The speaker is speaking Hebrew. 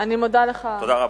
תודה רבה.